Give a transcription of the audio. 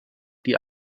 die